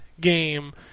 game